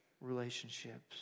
relationships